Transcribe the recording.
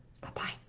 bye-bye